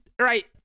Right